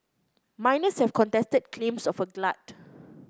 miners have contested claims of a glut